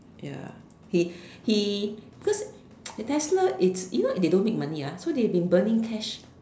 ya he he cause Tesla it's you know they don't make money ah so they have been burning cash